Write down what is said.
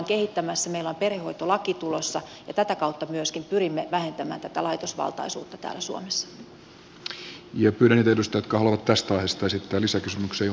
meillä on perhehoitolaki tulossa ja myöskin tätä kautta pyrimme vähentämään tätä laitosvaltaisuutta täällä suomessa